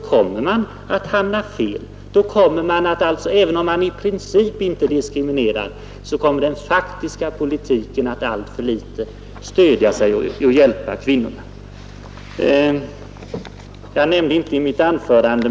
Även om man inte i princip diskriminerar kommer annars den faktiska politiken att alltför litet stödja och hjälpa kvinnorna. Jag nämnde inte ett viktigt faktum i mitt anförande.